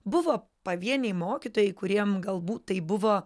buvo pavieniai mokytojai kuriem galbūt tai buvo